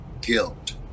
guilt